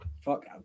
Fuck